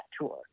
tour